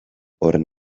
horren